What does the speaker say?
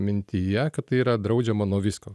mintyje kad tai yra draudžiama nuo visko